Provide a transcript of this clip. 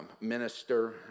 minister